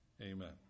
Amen